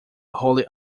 holy